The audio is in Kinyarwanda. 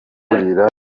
kurira